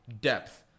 depth